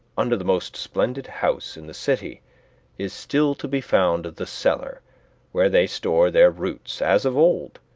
under the most splendid house in the city is still to be found the cellar where they store their roots as of old,